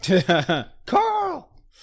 Carl